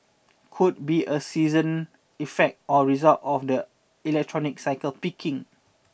could be a season effect or result of the electronics cycle peaking